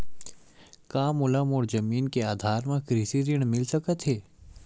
का मोला मोर जमीन के आधार म कृषि ऋण मिल सकत हे?